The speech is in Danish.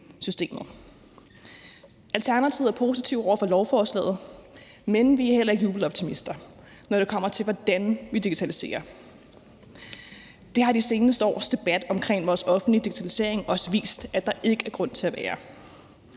Alternativet er positive over for lovforslaget, men vi er ikke jubeloptimister, når det kommer til, hvordan vi digitaliserer. Det har de seneste års debat omkring vores offentlige digitalisering også vist at der ikke er grund til at være.